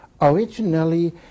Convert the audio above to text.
Originally